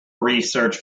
research